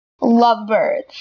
Lovebirds